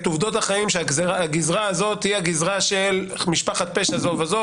עובדות החיים שהגזרה הזאת היא הגזרה של משפחת פשע זו וזו,